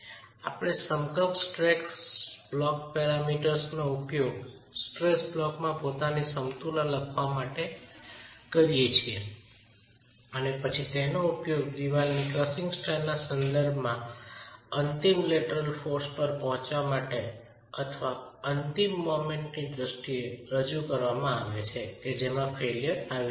આપણે સમકક્ષ stress block પેરામીટર્સનો ઉપયોગ સ્ટ્રેસ બ્લોકમાં પોતાની સમતુલા લખવા માટે કરીએ છીએ અને પછી તેનો ઉપયોગ ચણતરની ક્રશિંગ સ્ટ્રેન્થના સંદર્ભમાં અંતિમ લેટરલ બળ પર પહોંચવા માટે અથવા અંતિમ મોમેન્ટ ની દ્રષ્ટિએ રજૂ કરવામાં આવે છે કે જેમાં ફેઇલ્યરતા આવી રહી છે